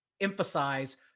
emphasize